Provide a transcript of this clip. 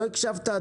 לא הקשבת עד הסוף.